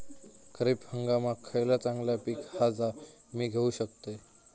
खरीप हंगामाक खयला चांगला पीक हा जा मी घेऊ शकतय?